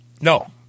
No